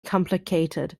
complicated